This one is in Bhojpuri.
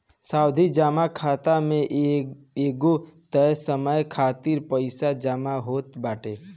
सावधि जमा खाता में एगो तय समय खातिर पईसा जमा होत बाटे